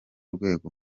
rwego